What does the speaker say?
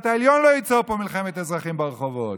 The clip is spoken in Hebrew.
העליון לא ייצור פה מלחמת אזרחים ברחובות.